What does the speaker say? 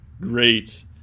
great